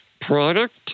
product